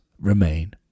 remain